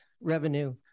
revenue